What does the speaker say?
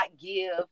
give